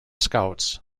scouts